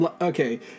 okay